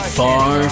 far